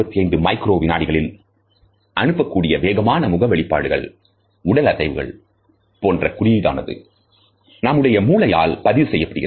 125 micro வினாடிகளில் அனுப்பக்கூடிய வேகமான முக வெளிப்பாடுகள் உடல் அசைவுகள் போன்ற குறியீடானது நம்முடைய மூளையால் பதிவு செய்யப்படுகிறது